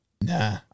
Nah